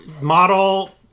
model